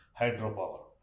hydropower